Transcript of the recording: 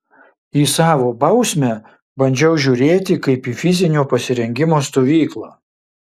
į savo bausmę bandžiau žiūrėti kaip į fizinio pasirengimo stovyklą